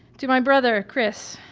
to my brother chris,